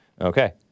Okay